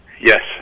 Yes